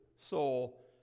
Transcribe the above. soul